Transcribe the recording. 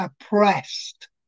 oppressed